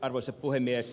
arvoisa puhemies